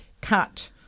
cut